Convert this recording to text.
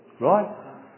Right